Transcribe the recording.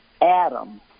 Adam